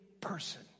person